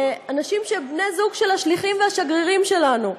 באנשים שהם בני זוג של השליחים ושל השגרירים שלנו,